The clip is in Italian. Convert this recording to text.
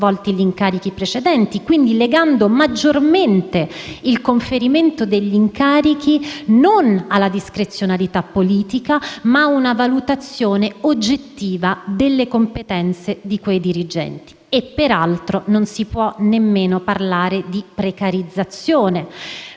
gli incarichi precedenti e quindi legando maggiormente il conferimento degli incarichi non alla discrezionalità politica, ma ad una valutazione oggettiva delle competenze di quei dirigenti. Peraltro, non si può nemmeno parlare di precarizzazione,